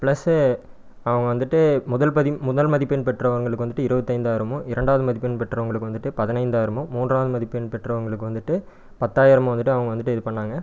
plus அவங்க வந்துவிட்டு முதல் பதி முதல் மதிப்பெண் பெற்றவங்களுக்கு வந்துவிட்டு இருபத்தைந்தாயிரமும் இரண்டாவது மதிப்பெண் பெற்றவங்களுக்கு வந்துவிட்டு பதினைந்தாயிரமும் மூன்றாவது மதிப்பெண் பெற்றவங்களுக்கு வந்துட்டு பத்தாயிரமும் வந்துவிட்டு அவங்க வந்துவிட்டு இது பண்ணாங்க